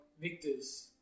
victors